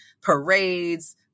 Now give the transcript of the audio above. parades